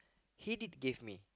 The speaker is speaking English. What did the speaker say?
he did give me